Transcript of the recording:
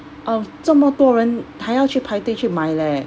uh 这么多人还要去排队去买 leh